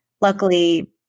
Luckily